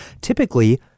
Typically